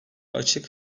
açık